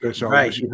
Right